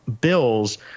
bills